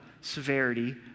severity